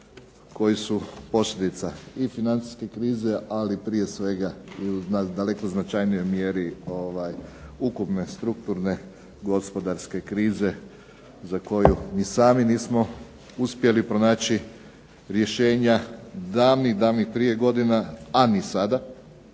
koji su posljedica i financijske krize ali prije svega i daleko značajnijoj mjeri ukupne strukturne gospodarske krize za koju ni sami nismo uspjeli pronaći rješenja davnih, davnih prije godina, a ni sada.